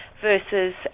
versus